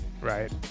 Right